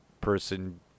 person